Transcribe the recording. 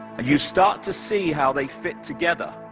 and you start to see how they fit together.